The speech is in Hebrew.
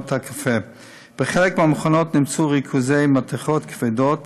בחלק מהמכונות נמצאו ריכוזי מתכות כבדות,